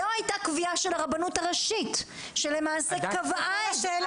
זו הייתה קביעה של הרבנות הראשית שלמעשה קבעה את זה,